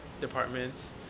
departments